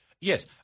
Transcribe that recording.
Yes